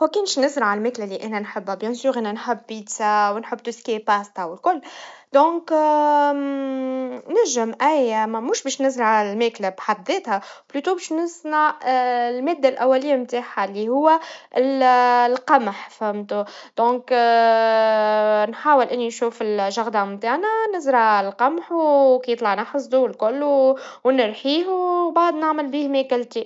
هوكا باش نزرع الماكلا اللي أنا نحبها, بكل تأكيد أنا نحب بيتزا, ونحب توسكي باستا, والكل, إذاً ننجم أي ما- موش باش نزرع المكلا بحد ذاتها, بلوتو باش نصنع المادا الأولي متاعها, اللي هوا ال القمح, فهمتوا؟ إذاً نحاول اللي نشوف شغدا متاعنا نزرع القمح, وكيطلع نحصدوا الكل, ونرحيه, وبعد نعمل بيه ماكلتي.